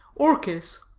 orchis,